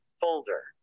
folder